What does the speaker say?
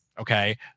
okay